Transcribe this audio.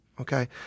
Okay